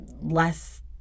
less